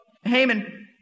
Haman